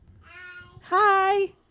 Hi